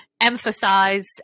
emphasize